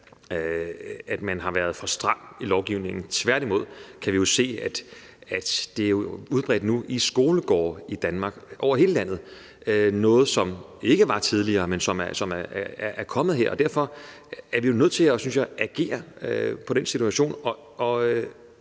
at man har været for stram i lovgivningen. Tværtimod kan vi jo se, at det nu er udbredt i skolegårdene i Danmark, over hele landet. Det er noget, som ikke var der tidligere, men som er kommet. Derfor er vi jo nødt til, synes jeg, at agere på den situation.